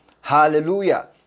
Hallelujah